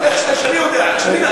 איך שאני יודע, איך שלמדתי.